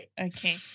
okay